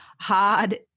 hard